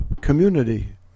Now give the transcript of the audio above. community